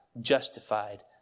justified